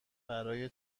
برای